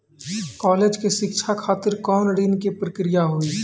College के शिक्षा खातिर कौन ऋण के प्रक्रिया हुई?